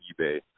eBay